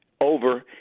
Over